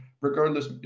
regardless